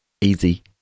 Easy